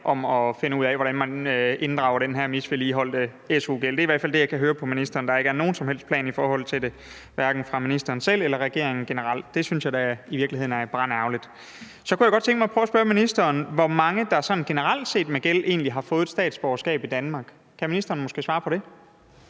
om at finde ud af, hvordan man inddriver den her misligholdte su-gæld. Det er i hvert fald det, jeg kan høre på ministeren, altså at der ikke er nogen som helst planer om det, hverken fra ministerens side eller generelt fra regeringens side. Det synes jeg da i virkeligheden er brandærgerligt. Så kunne jeg godt tænke mig at spørge ministeren, hvor mange mennesker med gæld der egentlig har fået et statsborgerskab i Danmark. Kan ministeren mon svare på det?